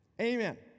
Amen